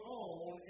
own